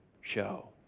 show